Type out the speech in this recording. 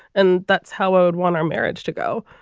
and that's how i would want our marriage to go.